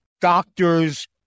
doctors